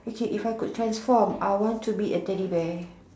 okay if I could transform I want to be a Teddy bear